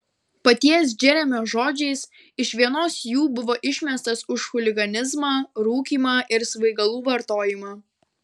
paties džeremio žodžiais iš vienos jų buvo išmestas už chuliganizmą rūkymą ir svaigalų vartojimą